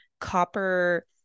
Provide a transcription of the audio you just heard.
copper